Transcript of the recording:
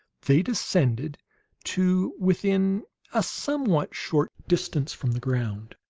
they descended to within a somewhat short distance from the ground.